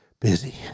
busy